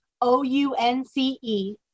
O-U-N-C-E